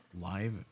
live